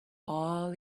all